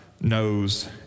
knows